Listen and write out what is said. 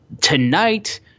tonight